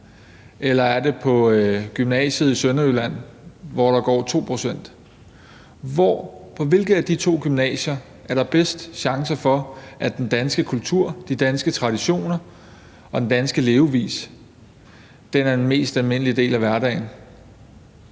eller er det på gymnasiet i Sønderjylland, hvor det er 2 pct.? På hvilket af de to gymnasier er der bedst chance for, at den danske kultur, de danske traditioner og den danske levevis er den mest almindelige del af hverdagen?